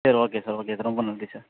சரி okay sir okay sir ரொம்ப நன்றி சார்